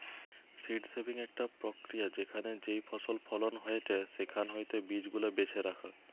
seed saving একটা প্রক্রিয়া যেখানে যেই ফসল ফলন হয়েটে সেখান হইতে বীজ গুলা বেছে রাখা